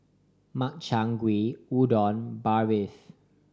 Makchang Gui Udon Barfi